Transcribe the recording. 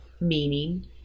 meaning